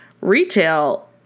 Retail